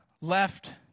left